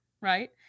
right